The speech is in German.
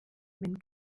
wenn